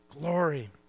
glory